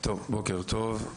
בוקר טוב.